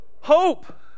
Hope